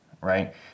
Right